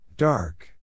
Dark